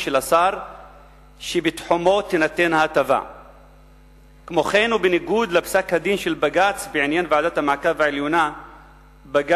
שכן היא קובעת עקרונות שלפיהם אין